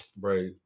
right